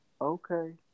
okay